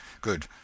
Good